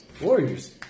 warriors